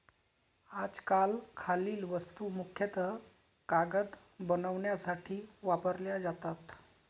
आजकाल खालील वस्तू मुख्यतः कागद बनवण्यासाठी वापरल्या जातात